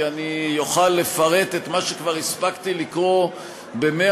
כי אני אוכל לפרט את מה שכבר הספקתי לקרוא ב-100